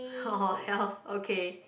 hor hor health okay